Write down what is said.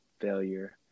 failure